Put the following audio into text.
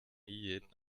jeden